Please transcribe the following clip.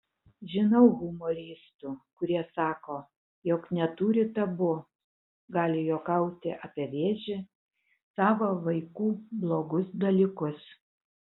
žinau humoristų kurie sako jog neturi tabu gali juokauti apie vėžį savo vaikų blogus dalykus